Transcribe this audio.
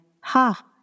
ha